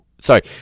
Sorry